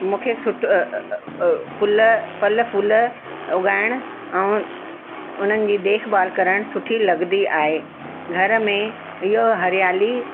मूंखे सुठो फूल फल फुल उगाइणु ऐं उहिनि जी देखबाल करणु सुठी लॻंदी आहे घर में इहो हरियाली